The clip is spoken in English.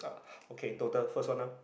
okay total first one ah